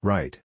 Right